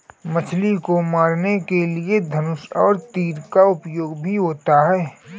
मछली को मारने के लिए धनुष और तीर का उपयोग भी होता है